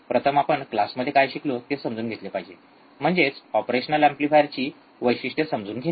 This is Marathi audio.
प्रथम आपण क्लासमध्ये काय शिकलो ते समजून घेतले पाहिजे म्हणजेच ऑपरेशनल एम्पलीफायरची वैशिष्ट्ये समजून घेणे